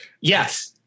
Yes